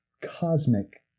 cosmic